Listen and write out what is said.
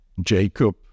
Jacob